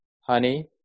honey